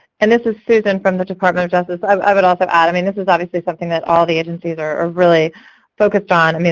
and this is susan from the department of justice. i would also add i mean this is obviously something that all the agencies are are really focused on. i mean